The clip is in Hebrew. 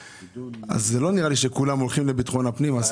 לא נראה לי שכולם הולכים לביטחון הפנים.